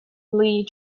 lee